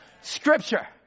Scripture